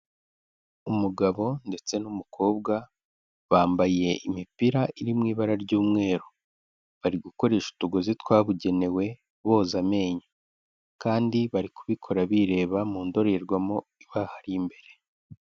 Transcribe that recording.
Umugabo ndetse n'umukobwa bambaye imipira iri mu ibara ry'umweru bari gukoresha utugozi twabugenewe boza amenyo kandi bari kubikora bireba mu ndorerwamo ibari imbere.